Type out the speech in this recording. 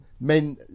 men